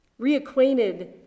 Reacquainted